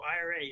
IRA